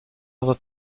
other